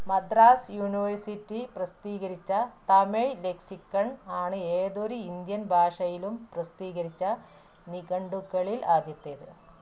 Madras university പ്രസിദ്ധീകരിച്ച Tamil lexicon ആണ് ഏതൊരു ഇന്ത്യൻ ഭാഷയിലും പ്രസിദ്ധീകരിച്ച നിഘണ്ടുക്കളിൽ ആദ്യത്തേത്